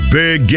big